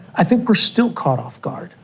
i think we are still caught off guard.